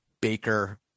baker